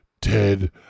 Ted